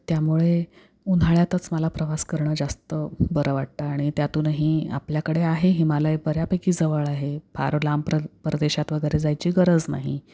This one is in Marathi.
त्यामुळे उन्हाळ्यातच मला प्रवास करणं जास्त बरं वाटतं आणि त्यातूनही आपल्याकडे आहे हिमालय बऱ्यापैकी जवळ आहे फार लांब प्रद प्रदेशात वगैरे जायची गरज नाही